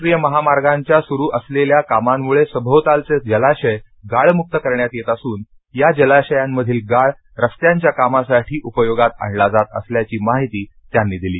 राष्ट्रीय महामार्गांच्या सुरू असलेल्या कामांमुळे सभोवतालचे जलाशयगाळमुक्त करण्यात येत असून या जलाशयांमधील गाळ रस्त्यांच्या कामासाठी उपयोगात आणला जात असल्याची माहितीत्यांनी दिली